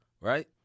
right